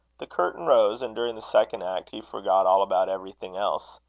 the curtain rose, and during the second act he forgot all about everything else.